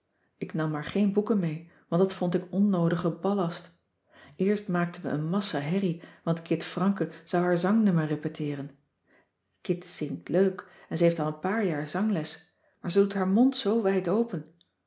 ik nam maar geen boeken mee want dat vond ik onnoodige ballast eerst maakten we een massa herrie want kit franken zou haar zangnummer repeteeren kit zingt leuk ze heeft al een paar jaar zangles maar ze doet haar mond zoo wijd open